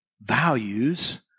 values